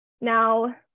now